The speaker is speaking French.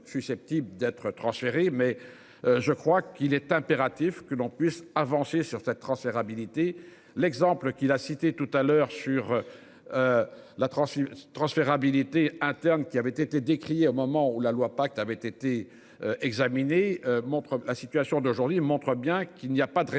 d'être transférés mais je crois qu'il est impératif que l'on puisse avancer sur cette transférabilité l'exemple qui a cité tout à l'heure sur. La transmission transférabilité interne qui avait été décrié au moment où la loi pacte avait été examinés montre la situation d'aujourd'hui montrent bien qu'il n'y a pas de raison